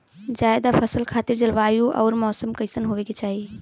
जायद फसल खातिर जलवायु अउर मौसम कइसन होवे के चाही?